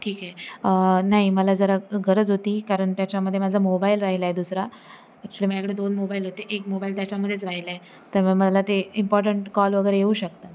ठीक आहे नाही मला जरा गरज होती कारण त्याच्यामध्ये माझा मोबाईल राहिला आहे दुसरा ॲक्चुली माझ्याकडे दोन मोबाईल होते एक मोबाईल त्याच्यामध्येच राहिला आहे तर मग मला ते इम्पॉटंट कॉल वगैरे येऊ शकतात